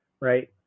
right